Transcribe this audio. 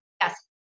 yes